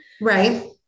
Right